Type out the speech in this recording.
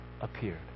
appeared